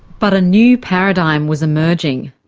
but a new paradigm was emerging.